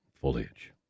Foliage